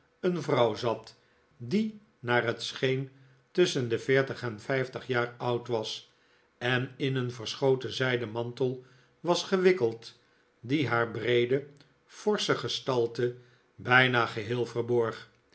een vrouw zat die naar het scheen tusschen de veertig en vijftig jaar oud was en in een verschoten zij den mantel was gewikkeld die haar breede forsche gestalte bijna geheel verborg